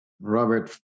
Robert